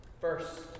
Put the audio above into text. First